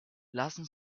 lassen